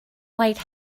white